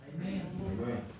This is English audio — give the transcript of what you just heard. Amen